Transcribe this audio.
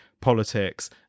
politics